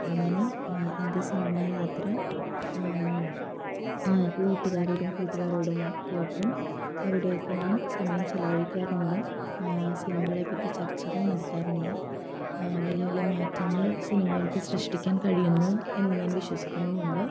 അങ്ങനെ എന്റെ സിനിമാ യാത്ര വീട്ടുകാരോടും കൂട്ടുകാരോടുമൊക്കെ ഒപ്പം അവിടെ ഒക്കെ ഞാൻ സമയം ചെലവഴിക്കാറുണ്ട് സിനിമകളെപ്പറ്റി ചർച്ചകൾ നടത്താറുണ്ട് വലിയ വലിയ മാറ്റങ്ങൾ സിനിമകൾക്ക് സൃഷ്ടിക്കാൻ കഴിയുന്നു എന്ന് ഞാൻ വിശ്വസിക്കുന്നുമുണ്ട്